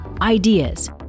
Ideas